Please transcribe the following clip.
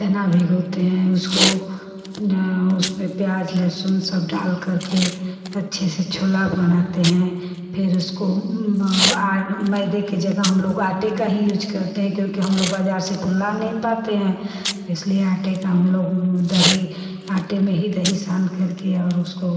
चना भिगोते हैं उसको उसमें प्याज लहसुन सब डाल करके अच्छे से छोला बनाते हैं फिर उसको मैदे की जगह हमलोग आटे का ही यूज़ करते हैं हमलोग बाज़ार से तो ला नहीं पाते हैं इसलिए आटे का हमलोग दही आटे में ही दही सान करके और उसको